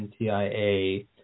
NTIA